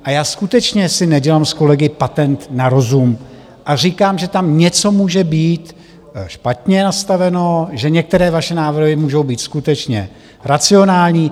Já si skutečně nedělám s kolegy patent na rozum a říkám, že tam něco může být špatně nastaveno, že některé vaše návrhy můžou být skutečně racionální.